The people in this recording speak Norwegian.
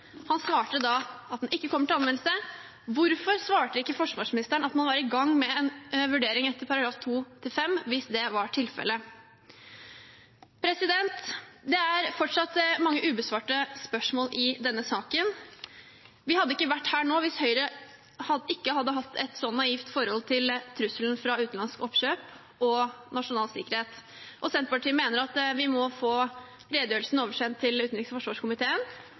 Han svarte da at den ikke kommer til anvendelse. Hvorfor svarte ikke forsvarsministeren at man var i gang med en vurdering etter § 2-5 hvis det var tilfellet? Det er fortsatt mange ubesvarte spørsmål i denne saken. Vi hadde ikke vært her nå hvis Høyre ikke hadde hatt et så naivt forhold til trusselen fra utenlandsk oppkjøp og nasjonal sikkerhet. Senterpartiet mener at vi må få redegjørelsen oversendt til utenriks- og forsvarskomiteen